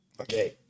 Okay